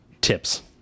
tips